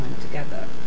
together